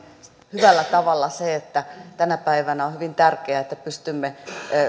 hyvällä tavalla se että tänä päivänä on hyvin tärkeää että pystymme